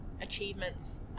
achievements